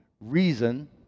reason